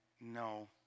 no